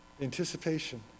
anticipation